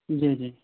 جی جی